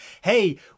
hey